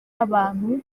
abantu